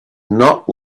not